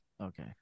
Okay